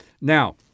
Now